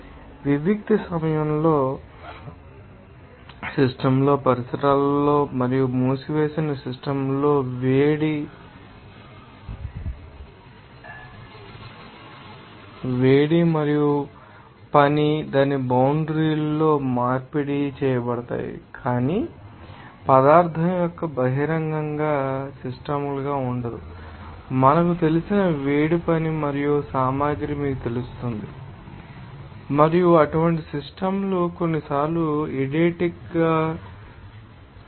వివిక్త సిస్టమ్ పరిసరాలతో మరియు మూసివేసిన సిస్టమ్ తో వేడి పనిని లేదా పదార్థాన్ని మార్పిడి చేయనివి వీటిలో వేడి మరియు పని దాని బౌండ్రి లో మార్పిడి చేయబడతాయి కాని పదార్థం బహిరంగ సిస్టమ్ గా ఉండదు మనకు తెలిసిన వేడి పని మరియు సామగ్రి మీకు తెలుస్తుంది పరిసరాలు మరియు అడియాబాటిక్ సిస్టమ్ లకు విస్తరిస్తుంది ఆ సందర్భంలో పరిసరాలతో చాలా ముఖ్యమైన హీట్ మార్పిడి జరుగుతుంది